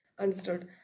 Understood